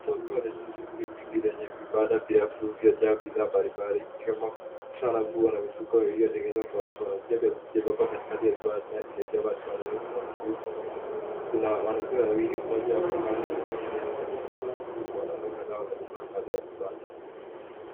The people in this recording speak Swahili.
Soko lenye shughuli nyingi lenye vibanda refu vilivyojaa bidhaa mbalimbali ikiwemo sanaa, nguo na mifuko iliyotengenezwa kwa kwa. Njia je- jebemba imejengwa kwa vibanda wanunuzi na wachuuzi. Kuna wanawake wawili; mmoja amekaa na mwingine amesimama huku wanaume kadhaa wamejipanga kando ya vibanda.